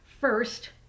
First